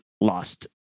lost